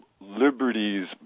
liberties